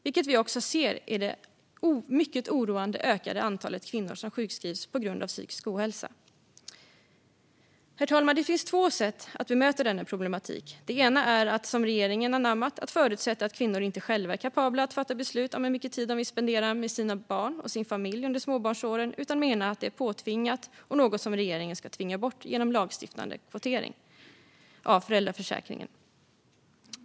Det ser vi också i det mycket oroande ökade antalet kvinnor som sjukskrivs på grund av psykisk ohälsa. Herr talman! Det finns två sätt att bemöta denna problematik. Det ena sättet, som regeringen har anammat, är att förutsätta att kvinnor inte själva är kapabla att fatta beslut om hur mycket tid de vill spendera med sina barn och sin familj under småbarnsåren. Man menar att det är påtvingat och något som ska tvingas bort genom lagstiftande kvotering av föräldraförsäkringen.